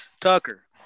Tucker